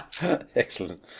excellent